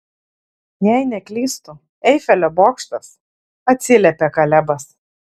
jei neklystu eifelio bokštas atsiliepė kalebas